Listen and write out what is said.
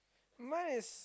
my is